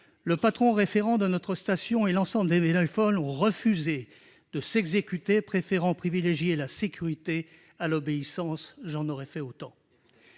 Le patron référent de notre station et l'ensemble des bénévoles ont refusé de s'exécuter, préférant privilégier la sécurité par rapport à l'obéissance. » J'en aurais fait autant